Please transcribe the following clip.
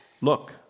Look